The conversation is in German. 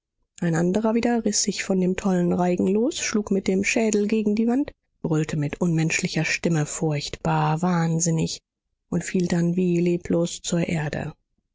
ein andrer wieder riß sich von dem tollen reigen los schlug mit dem schädel gegen die wand brüllte mit unmenschlicher stimme furchtbar wahnsinnig und fiel dann wie leblos zur erde